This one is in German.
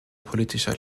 politischer